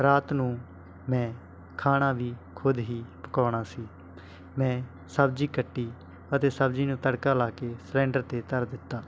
ਰਾਤ ਨੂੰ ਮੈਂ ਖਾਣਾ ਵੀ ਖ਼ੁਦ ਹੀ ਪਕਾਉਣਾ ਸੀ ਮੈਂ ਸਬਜ਼ੀ ਕੱਟੀ ਅਤੇ ਸਬਜ਼ੀ ਨੂੰ ਤੜਕਾ ਲਾ ਕੇ ਸਿਲੰਡਰ 'ਤੇ ਧਰ ਦਿੱਤਾ